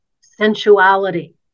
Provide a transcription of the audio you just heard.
sensuality